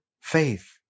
faith